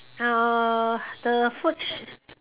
uh the food sh~